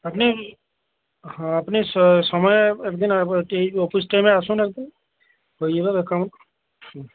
আপনি হাঁ আপনি সময়ে এক দিন এই অফিস টাইমে আসুন এক দিন হইয়ে যাবে অ্যাকাউন্ট হুম